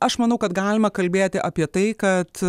aš manau kad galima kalbėti apie tai kad